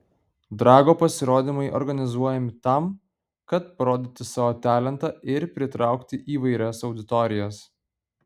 drago pasirodymai organizuojami tam kad parodyti savo talentą ir pritraukti įvairias auditorijas